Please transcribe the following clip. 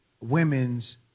women's